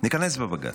ניכנס בבג"ץ.